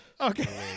Okay